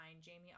Jamie